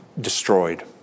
destroyed